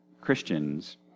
Christians